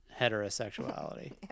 heterosexuality